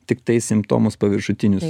tiktai simptomus paviršutinius